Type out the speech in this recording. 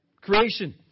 Creation